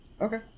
Okay